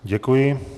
Děkuji.